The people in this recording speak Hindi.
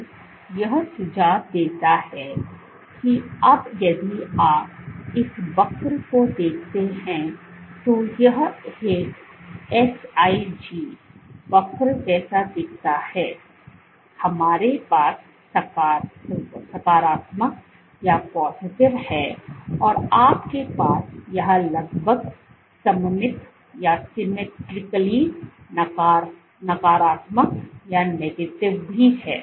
तो यह सुझाव देता है कि अब यदि आप इस वक्र को देखते हैं तो यह एक sig वक्र जैसा दिखता है हमारे पास सकारात्मकहै और आपके पास यहां लगभग सममित नकारात्मक बी है